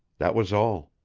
that was all.